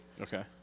Okay